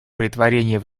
претворения